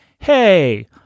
Hey